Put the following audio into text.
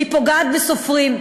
והיא פוגעת בסופרים,